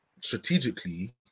strategically